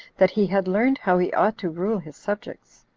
that he had learned how he ought to rule his subjects.